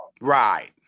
Right